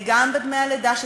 התוצאות: בעד, 39,